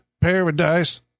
paradise